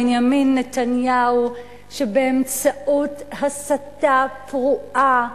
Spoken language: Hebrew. בנימין נתניהו שבאמצעות הסתה פרועה,